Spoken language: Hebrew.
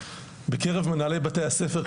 בקרב מנהלי בתי הספר,